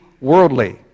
worldly